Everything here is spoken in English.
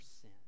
sin